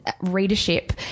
readership